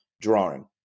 drawing